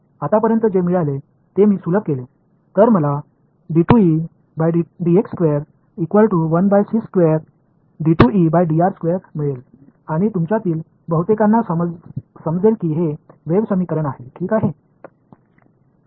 आतापर्यंत जे मिळाले ते मी सुलभ केले तर मला मिळेल आणि तुमच्यातील बहुतेकांना समजेल की हे वेव्ह समीकरण आहे ठीक आहे